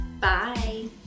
Bye